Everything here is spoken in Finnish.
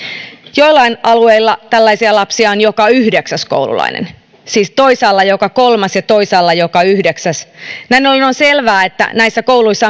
joillain alueilla tällaisia lapsia on joka yhdeksäs koululainen siis toisaalla joka kolmas ja toisaalla joka yhdeksäs näin ollen on selvää että näissä kouluissa